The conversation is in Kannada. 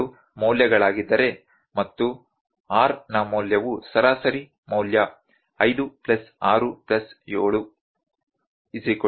4 ಇವುಗಳು ಮೌಲ್ಯಗಳಾಗಿದ್ದರೆ ಮತ್ತು r ನ ಮೌಲ್ಯವು ಸರಾಸರಿ ಮೌಲ್ಯ 5 ಪ್ಲಸ್ 6 ಪ್ಲಸ್ 7 i